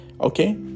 Okay